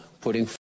putting